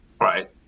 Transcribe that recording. Right